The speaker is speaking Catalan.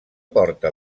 porta